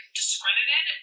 discredited